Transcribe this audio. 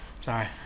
Sorry